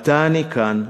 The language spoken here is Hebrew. עתה אני כאן,